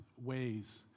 ways